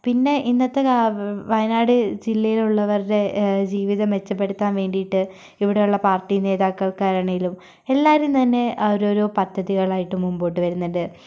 പിന്നെ ഇന്നത്തെ വയനാട് ജില്ലയിൽ ഉള്ളവരുടെ ജീവിതം മെച്ചപ്പെടുത്താൻ വേണ്ടിയിട്ട് ഇവിടെ ഉള്ള പാർട്ടി നേതാക്കൾ ആണെങ്കിലും എല്ലാവരും തന്നെ ഓരോരോ പദ്ധതികളായിട്ട് മുമ്പോട്ട് വരുന്നുണ്ട്